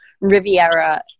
Riviera